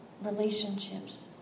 relationships